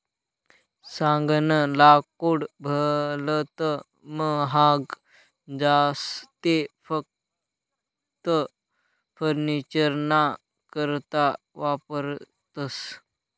सागनं लाकूड भलत महाग जास ते फकस्त फर्निचरना करता वापरतस